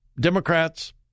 Democrats